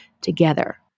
together